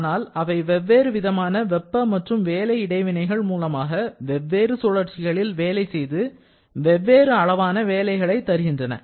ஆனால் அவை வெவ்வேறு விதமான வெப்ப மற்றும் வேலை இடைவினைகள் மூலமாக வெவ்வேறு சுழற்சிகளில் வேலை செய்து வெவ்வேறு அளவான வேலைகளை தருகின்றன